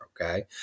Okay